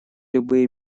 любые